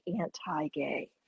anti-gay